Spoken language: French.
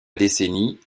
décennie